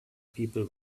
people